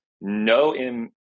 no